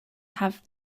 have